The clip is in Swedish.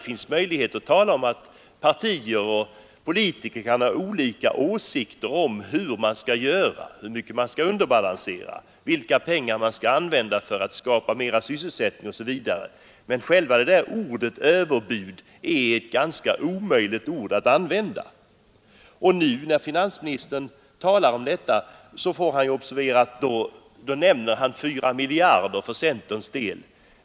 Däremot kan partier och politiker ha olika åsikter om hur man bör göra, hur mycket man bör underbalansera budgeten, vilka pengar man bör använda för att skapa sysselsättning osv. Själva ordet överbud är däremot nästan omöjligt att använda. När finansministern talar om detta så nämner han att centern har ett överbud på fyra miljarder.